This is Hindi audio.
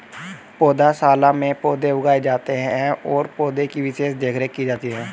पौधशाला में पौधे उगाए जाते हैं और पौधे की विशेष देखरेख की जाती है